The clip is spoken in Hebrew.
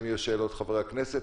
אם יהיו לחברי הכנסת שאלות,